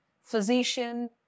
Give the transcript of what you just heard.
physician